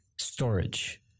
storage